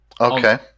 Okay